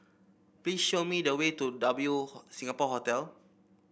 please show me the way to W Singapore Hotel